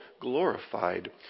glorified